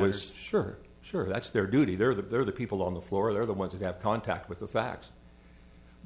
was sure sure that's their duty there that they're the people on the floor they're the ones you have contact with the facts